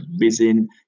risen